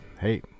hey